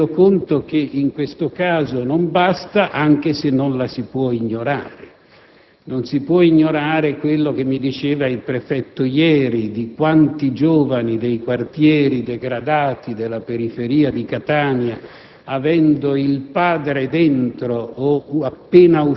Non condivido lo sprezzo verso la sociologia, ma mi rendo conto che in questo caso non basta, anche se non la si può ignorare: non si può ignorare quello che mi diceva il Prefetto ieri, di quanti giovani dei quartieri degradati della periferia di Catania,